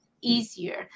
easier